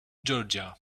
georgia